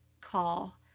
call